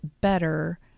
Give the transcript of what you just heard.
better